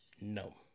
no